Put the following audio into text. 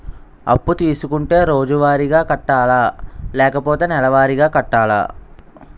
అప్పు తీసుకుంటే రోజువారిగా కట్టాలా? లేకపోతే నెలవారీగా కట్టాలా?